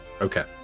Okay